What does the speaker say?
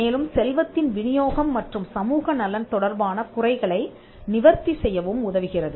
மேலும்செல்வத்தின் வினியோகம் மற்றும் சமூக நலன் தொடர்பான குறைகளை நிவர்த்தி செய்யவும் உதவுகிறது